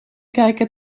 kijken